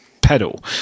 pedal